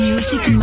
Music